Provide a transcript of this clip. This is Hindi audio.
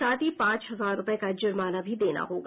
साथ ही पांच हजार रूपये का जुर्माना भी देना होगा